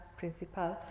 principal